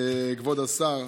כבוד השר,